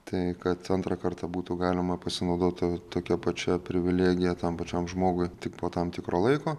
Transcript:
tai kad antrą kartą būtų galima pasinaudoti tokia pačia privilegija tam pačiam žmogui tik po tam tikro laiko